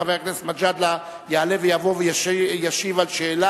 חבר הכנסת מג'אדלה יעלה ויבוא וישאל שאלה